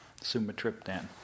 sumatriptan